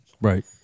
Right